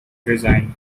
resigned